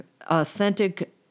authentic